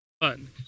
fun